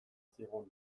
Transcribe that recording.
zigun